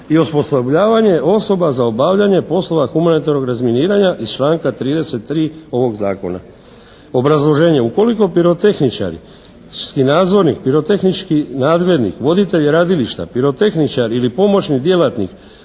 i osposobljavanje osoba za obavljanje poslova humanitarnog razminiranja iz članka 33. ovog Zakona". Obrazloženje: Ukoliko pirotehničar i nadzornik pirotehnički nadglednik, voditelj radilišta, pirotehničar ili pomoćni djelatnik